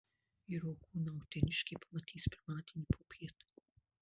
vyro kūną uteniškė pamatys pirmadienį popiet